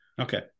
Okay